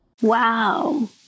Wow